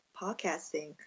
podcasting